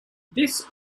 this